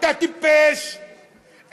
אתה טיפש,